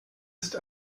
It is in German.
ist